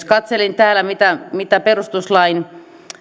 katselin täällä mitä mitä perustuslain